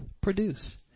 produce